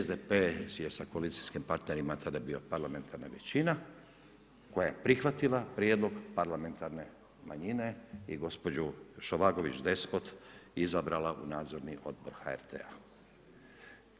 SDP si je sa koalicijskim partnerima tada bio parlamentarna većina koja je prihvatila prijedlog parlamentarne manjine i gospođu Šovagović Despot izabrala u nadzorni odbor HRT-a.